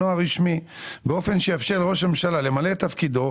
הרשמי באופן שיאפשר לראש הממשלה למלא את תפקידו,